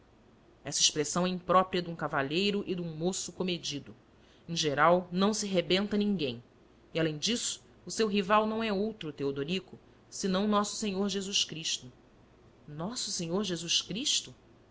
essa expressão é imprópria de um cavalheiro e de um moço comedido em geral não se rebenta ninguém e além disso o seu rival não é outro teodorico senão nosso senhor jesus cristo nosso senhor jesus cristo